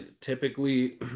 Typically